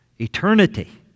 Eternity